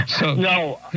No